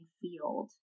field